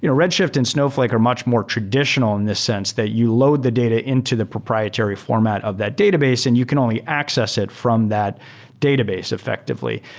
red shift and snowflake are much more traditional in this sense that you load the data into the proprietary format of that database and you can only access it from that database effectively.